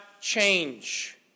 change